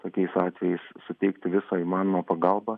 tokiais atvejais suteikti visą įmanomą pagalbą